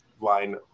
line